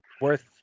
worth